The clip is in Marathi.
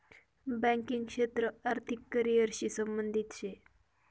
बँकिंग क्षेत्र आर्थिक करिअर शी संबंधित शे